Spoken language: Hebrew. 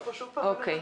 נשב פה שוב ונדבר?